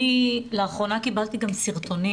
אני לאחרונה קיבלתי סרטונים